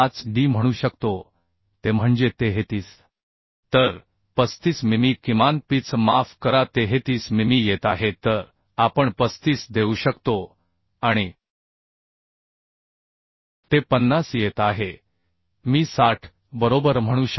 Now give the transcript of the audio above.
5d म्हणू शकतो ते म्हणजे 33 तर 35 मिमी किमान पिच माफ करा 33 मिमी येत आहे तर आपण 35 देऊ शकतो आणि ते 50 येत आहे मी 60 बरोबर म्हणू शकतो